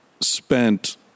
spent